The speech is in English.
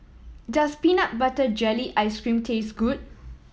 does peanut butter jelly ice cream taste good